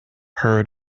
heard